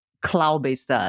cloud-based